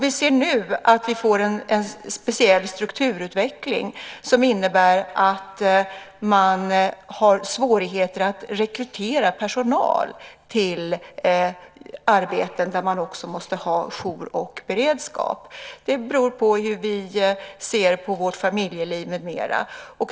Vi ser nu att vi får en speciell strukturutveckling som innebär att man har svårigheter att rekrytera personal till arbeten där det krävs jour och beredskap. Det beror på hur vi ser på vårt familjeliv med mera.